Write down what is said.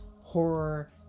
horror